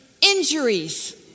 injuries